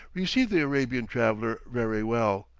received the arabian traveller very well,